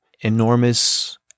enormous